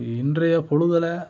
இன்றைய பொழுதில்